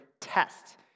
test